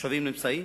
התושבים נמצאים,